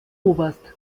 oberst